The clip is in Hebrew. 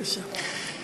בבקשה.